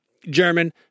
German